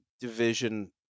division